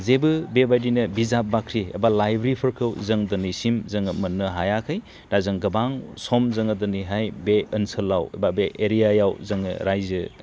जेबो बेबादिनो बिजाब बाख्रि एबा लाइब्रिफोरखौ जों दिनैसिम जों मोननो हायाखै दा जों गोबां सम जों दिनैहाय बे ओनसोलाव एबा बे एरियायाव जोङो रायजो